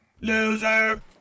Loser